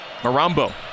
Marambo